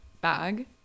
bag